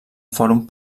fòrum